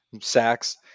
sacks